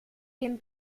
den